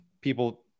people